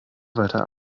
weiter